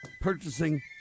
purchasing